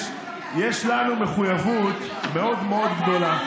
יש לנו מחויבות מאוד מאוד גדולה.